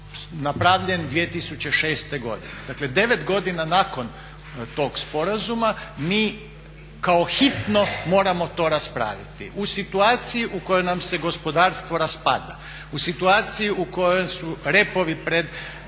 napravljen 2006. godine, dakle 9 godina nakon tog sporazuma mi kao hitno moramo to raspraviti. U situaciji u kojoj nam se gospodarstvo raspada, u situaciji u kojoj su repovi pred